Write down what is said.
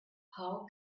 how